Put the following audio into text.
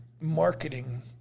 marketing